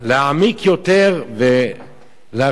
להעמיק יותר ולהרחיב